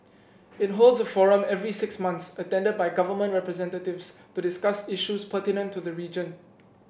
it holds a forum every six months attended by government representatives to discuss issues pertinent to the region